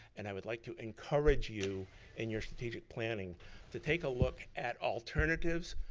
and i would like to encourage you in your strategic planning to take a look at alternatives,